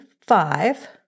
five